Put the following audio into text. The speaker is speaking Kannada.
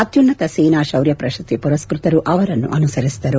ಅತ್ಯುನ್ನತ ಸೇನಾ ಶೌರ್ಯ ಪ್ರಶಸ್ತಿ ಮರಸ್ವತರು ಅವರನ್ನು ಅನುಸರಿಸಿದರು